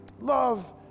Love